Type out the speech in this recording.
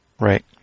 Right